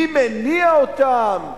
מי מניע אותם,